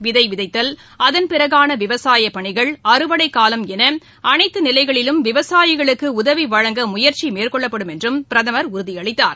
விதைவிதைத்தல் அதன் பிறகானவிவசாயபணிகள் அறுவடைக் காலம் எனஅனைத்தநிலைகளிலும் விவசாயிகளுக்குஉதவிவழங்க முயற்சிமேற்கொள்ளப்படும் என்றுபிரதமர் உறுதியளித்தார்